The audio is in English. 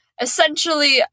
Essentially